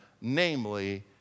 namely